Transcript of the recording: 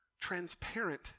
transparent